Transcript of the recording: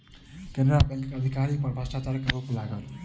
केनरा बैंकक अधिकारी पर भ्रष्टाचारक आरोप लागल